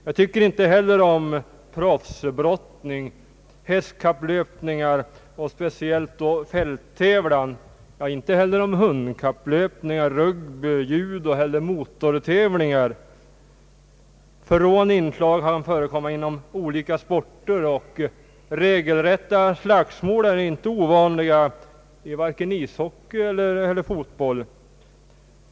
Jag tycker inte heller om proffsbrottning, hästkapplöpningar — specielit då fälttävlan — ja, inte heller om hundkapplöpningar, rugby, judo eller motortävlingar. Förråande inslag kan förekomma inom olika sporter, och regelrätta slagsmål är inte ovanliga i vare sig ishockey eller fotboll.